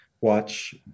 Watch